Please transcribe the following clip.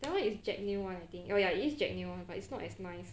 that one is jack neo [one] I think oh ya it is jack neo [one] but it's not as nice